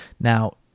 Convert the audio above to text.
Now